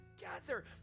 together